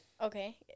Okay